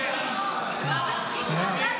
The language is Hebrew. ועדת האתיקה, זה לא חוקי.